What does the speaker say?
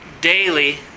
daily